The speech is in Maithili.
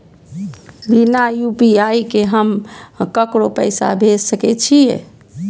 बिना यू.पी.आई के हम ककरो पैसा भेज सके छिए?